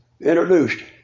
introduced